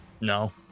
no